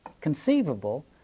conceivable